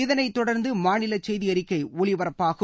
இதனைத் தொடர்ந்து மாநில செய்தி அறிக்கை ஒலிபரப்பாகும்